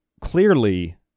Clearly